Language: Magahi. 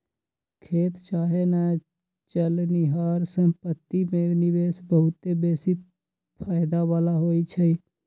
खेत चाहे न चलनिहार संपत्ति में निवेश बहुते बेशी फयदा बला होइ छइ